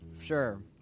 sure